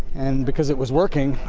and because it was working,